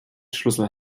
schlüssel